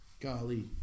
Golly